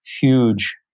huge